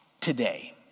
today